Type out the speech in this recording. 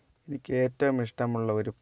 എനിക്ക് ഏറ്റവും ഇഷ്ടമുള്ള ഒരു